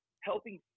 helping